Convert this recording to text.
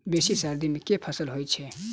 बेसी सर्दी मे केँ फसल होइ छै?